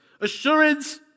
Assurance